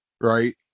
Right